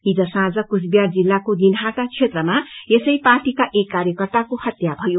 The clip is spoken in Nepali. हिज साँझ कुचबिहार जिल्लाको दिनहाटा क्षेत्रमा यसै पार्टीका एक कार्यकर्ताको हत्या भयो